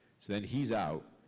so then he's out,